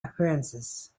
appearances